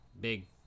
big